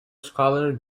scholar